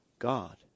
God